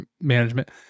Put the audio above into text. management